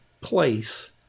place